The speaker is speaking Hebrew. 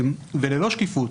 וללא שקיפות,